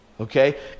okay